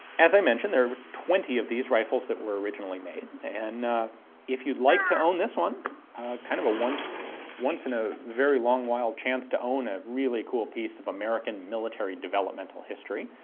as i mentioned, there were twenty of these rifles that were originally made and if you'd like to own this one, a kind of a once once in a very long while chance to own a really cool piece of american military developmental history,